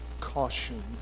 caution